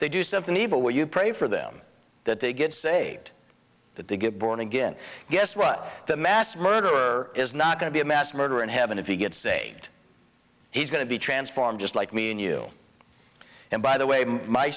they do something evil where you pray for them that they get saved that they get born again guess what the mass murderer is not going to be a mass murderer in heaven if he gets saved he's going to be transformed just like me and you and by the way my